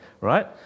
right